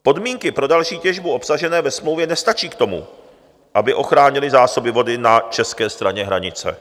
Podmínky pro další těžbu obsažené ve smlouvě nestačí k tomu, aby ochránily zásoby vody na české straně hranice.